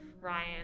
Ryan